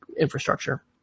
infrastructure